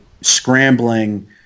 scrambling